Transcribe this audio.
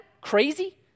crazy